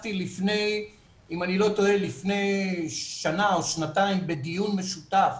השתתפתי לפני שנה או שנתיים בדיון משותף